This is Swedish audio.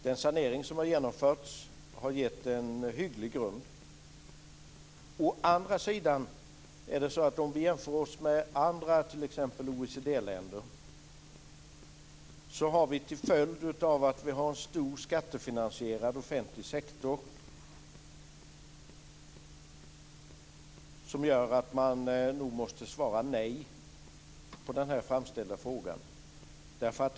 Den sanering som har genomförts har givit en hygglig grund. Å andra sidan är det så att om vi jämför oss med andra länder, t.ex. OECD-länder, har vi en stor, skattefinansierad offentlig sektor, vilket får till följd av att man nog måste svara nej på den här framställda frågan.